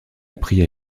appris